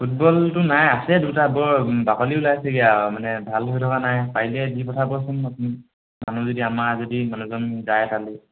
ফুটবলটো নাই আছে দুটা বৰ বাকলি ওলাইছেগে আৰু মানে ভাল হৈ থকা নাই পাৰিলে দি পঠাবচোন আপুনি মানুহ যদি আমাৰ যদি মানুহজন যায় তালে